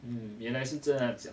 um 原来是这样讲